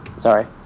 Sorry